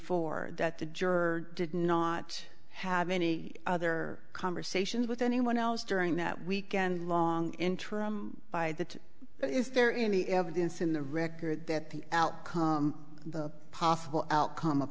four that the juror did not have any other conversations with anyone else during that weekend long interim by that is there any evidence in the record that the outcome the possible outcome of